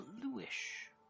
bluish